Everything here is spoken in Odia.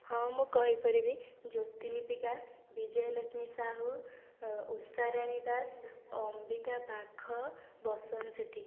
ହଁ ମୁଁ କହିପାରିବି ଜ୍ୟୋତିଲିପିକା ବିଜୟଲକ୍ଷ୍ମୀ ସାହୁ ଉଷାରାଣୀ ଦାସ ଓ ଅମ୍ବିକା ବାଘ ବସନ୍ତ ସେଠି